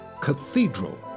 Cathedral